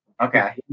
Okay